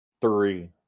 three